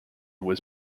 was